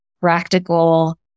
practical